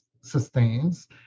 sustains